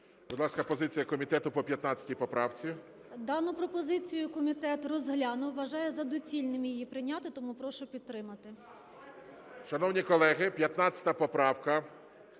Дану пропозицію комітет розглянув. Вважає за доцільне її прийняти, тому прошу підтримати.